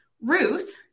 Ruth